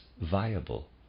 viable